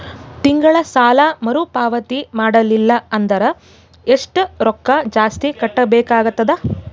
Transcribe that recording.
ತಿಂಗಳ ಸಾಲಾ ಮರು ಪಾವತಿ ಮಾಡಲಿಲ್ಲ ಅಂದರ ಎಷ್ಟ ರೊಕ್ಕ ಜಾಸ್ತಿ ಕಟ್ಟಬೇಕಾಗತದ?